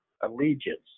allegiance